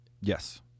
yes